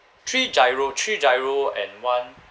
three giro three giro and one